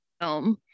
film